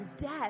death